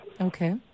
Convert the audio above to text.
Okay